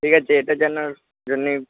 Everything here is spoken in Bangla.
ঠিক আছে এটা জানার জন্যেই